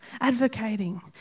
advocating